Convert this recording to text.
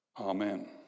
Amen